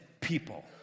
people